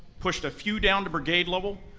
pushed a few down to brigade level.